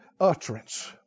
utterance